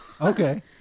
Okay